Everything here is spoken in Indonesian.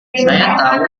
tahu